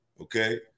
okay